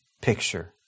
picture